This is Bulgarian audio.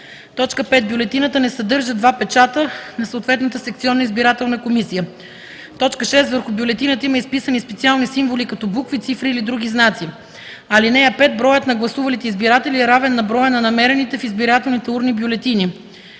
5. бюлетината не съдържа два печата на съответната секционна избирателна комисия; 6. върху бюлетината има изписани специални символи като букви, цифри или други знаци. (5) Броят на гласувалите избиратели е равен на броя на намерените в избирателните урни бюлетини.